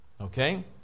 Okay